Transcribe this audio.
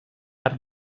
art